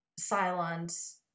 Cylons